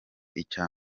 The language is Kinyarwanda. icya